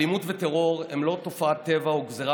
אלימות וטרור הם לא תופעת טבע או גזרת